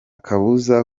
kabuza